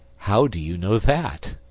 how do you know that?